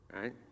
Right